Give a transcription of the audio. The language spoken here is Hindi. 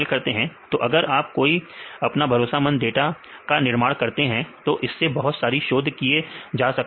तो अगर आप कोई अपना भरोसेमंद डाटा का निर्माण करते हैं तो इससे बहुत सारी शोध किए जा सकते हैं